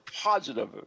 positive